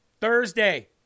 Thursday